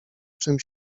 czym